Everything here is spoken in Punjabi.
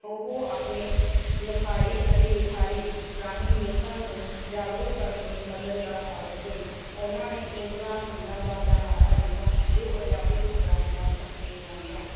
ਉਹ ਆਪਣੇ ਲਿਖਾੜੀ ਅਤੇ ਲਿਖਾਰੀ ਰਾਹੀਂ ਲੋਕਾਂ ਨੂੰ ਜਾਗਰੂਕ ਕਰਨ ਲਈ ਮਦਦਗਾਰ ਸਾਬਤ ਹੋਏ ਉਹਨਾਂ ਨੇ ਇਨਕਲਾਬ ਜ਼ਿੰਦਾਬਾਦ ਦਾ ਨਾਅਰਾ ਦਿੱਤਾ ਜੋ ਆਜ਼ਾਦੀ ਸੰਗਰਾਮ ਦਾ ਪ੍ਰਤੀਕ ਬਣ ਗਿਆ